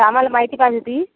आम्हाला माहिती पाहिजे होती